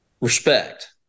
respect